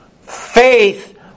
Faith